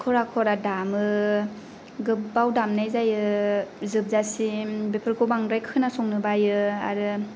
खरा खरा दामो गोबाव दामनाय जायो जोबजासिम बेफोरखौ बांद्राय खोनासंनो बायो आरो